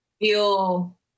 feel